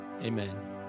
Amen